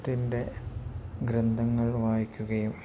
ത്തിൻ്റെ ഗ്രന്ഥങ്ങൾ വായിക്കുകയും